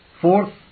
Fourth